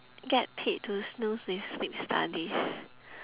get paid to snooze with sleep studies